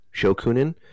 shokunin